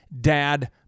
dad